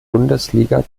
bundesliga